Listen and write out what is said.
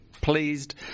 pleased